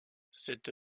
cette